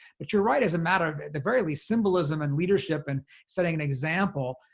but you're right, as a matter of the very least symbolism and leadership and setting an example,